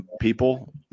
people